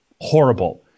horrible